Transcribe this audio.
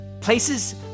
places